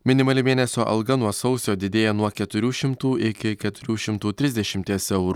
minimali mėnesio alga nuo sausio didėja nuo keturių šimtų iki keturių šimtų trisdešimties eurų